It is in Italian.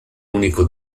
unico